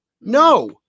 No